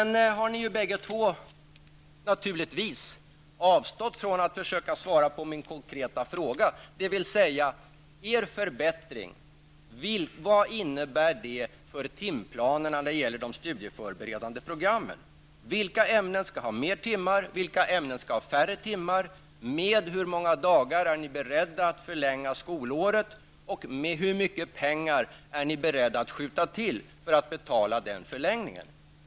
Ni har bägge två naturligtvis avstått från att försöka svara på min konkreta fråga, dvs. vad innebär er förbättring för timplanerna när det gäller de studieförberedande programmen? Vilka ämnen skall ha fler timmar? Vilka ämnen skall ha färre timmar? Med hur många dagar är ni beredda att förlänga skolåret? Och hur mycket pengar är ni beredda att skjuta till för att betala den förlängningen?